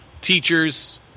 teachers